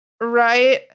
right